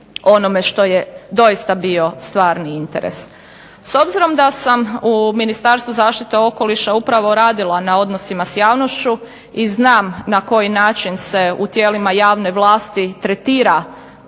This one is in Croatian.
onome što je doista bio stvarni interes. S obzirom da sam u Ministarstvu zaštite okoliša upravo radila na odnosima s javnošću i znam na koji način se u tijelima javne vlasti tretira